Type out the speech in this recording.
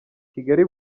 kigali